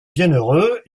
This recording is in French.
bienheureux